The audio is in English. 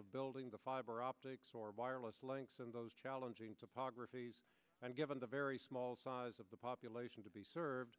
of building the fiber optics or wireless links and those challenging topographies and given the very small size of the population to be served